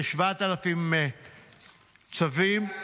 כ-7,000 צווים --- מיקי,